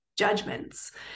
judgments